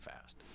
fast